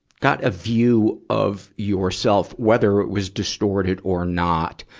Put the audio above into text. got a view of yourself, whether it was distorted or not,